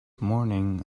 morning